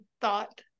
thought